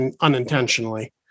unintentionally